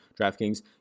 DraftKings